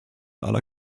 aller